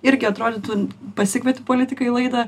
irgi atrodytų pasikvieti politiką į laidą